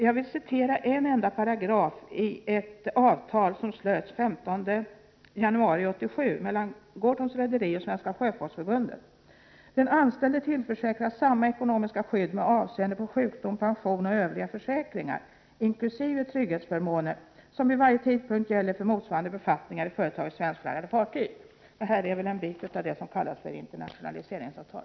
Jag vill citera från en enda paragraf i ett avtal som slöts den 15 januari 1987 mellan Gorthons Rederi AB och Svenska sjöfolksförbundet: ”Den anställde tillförsäkras samma ekonomiska skydd med avseende på sjukdom, pension och övriga försäkringar inklusive trygghetsförmåner som vid varje tidpunkt gäller för motsvarande befattningar i företagets svenskflaggade fartyg.” — Detta är väl en del av det som kallas internationaliseringsavtal.